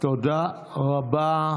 תודה רבה.